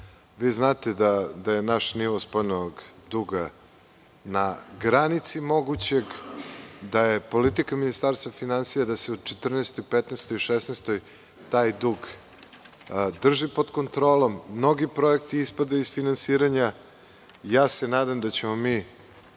Znate da je naš nivo spoljnog duga na granici mogućeg, da je politika Ministarstva finansija da se u 2014, 2015, 2016. godini drži pod kontrolom. Mnogi projekti ispadaju iz finansiranja. Nadam se da ćemo mi